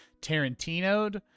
tarantino'd